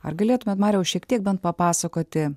ar galėtumėt mariau šiek tiek bent papasakoti